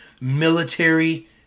military